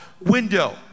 window